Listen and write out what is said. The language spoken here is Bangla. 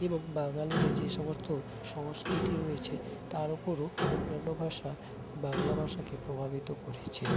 এবং বাঙালিদের যে সমস্ত সংস্কৃতি রয়েছে তার ওপরও অন্যান্য ভাষা বাংলা ভাষাকে প্রভাবিত করেছে